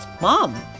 mom